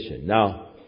Now